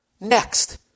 Next